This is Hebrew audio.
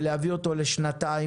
ולהביא אותו לשנתיים,